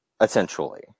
essentially